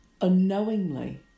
unknowingly